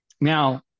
Now